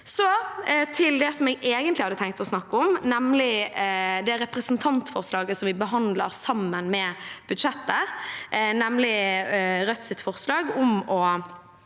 Så til det jeg egentlig hadde tenkt å snakke om, nemlig det representantforslaget som vi behandler sammen med budsjettet, Rødts forslag om å